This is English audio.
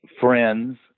friends